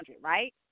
right